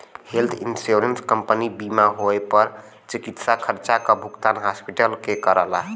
health insurance company बीमार होए पर चिकित्सा खर्चा क भुगतान हॉस्पिटल के करला